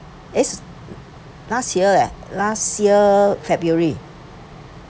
it's last year eh last year february